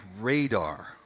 radar